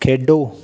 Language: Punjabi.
ਖੇਡੋ